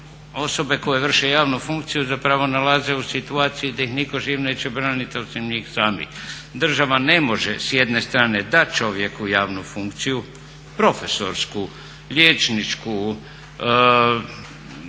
osobe koje vrše javnu funkciju zapravo nalaze u situaciji da ih nitko živ neće braniti osim njih samih. Država ne može s jedne strane dat čovjeku javnu funkciju, profesorsku, liječničku, koju